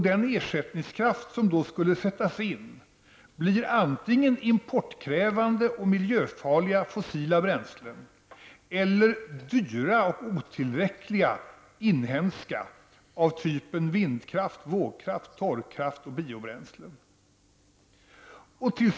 Den ersättningskraft som då skulle behöva sättas in blir antingen importkrävande och miljöfarlig-fossila bränslen eller dyr och otillräcklig-inhemsk sådan av typ vindkraft, vågkraft, torv och biobränslen. Fru talman!